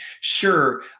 Sure